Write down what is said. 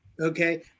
okay